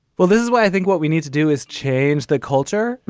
well, this is why i think what we need to do is change the culture.